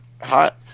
Hot